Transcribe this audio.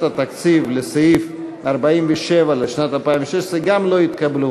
התקציב לסעיף 47 לשנת 2016 גם לא התקבלו.